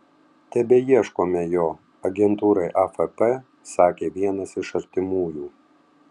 tebeieškome jo agentūrai afp sakė vienas iš artimųjų